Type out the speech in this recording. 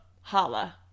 Holla